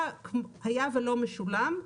היה ולא משולם,